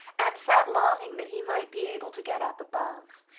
and sat longing that he might be able to get up above,